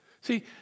See